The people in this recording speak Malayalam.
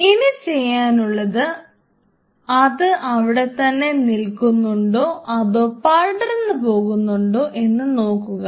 ഇനി ചെയ്യാനുള്ളത് അത് അവിടെത്തന്നെ നിൽക്കുന്നുണ്ടോ അതോ പടർന്നു പോകുന്നുണ്ടോ എന്ന് നോക്കുക